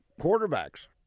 quarterbacks